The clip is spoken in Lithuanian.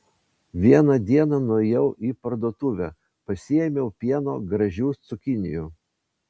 vieną dieną nuėjau į parduotuvę pasiėmiau pieno gražių cukinijų